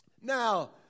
Now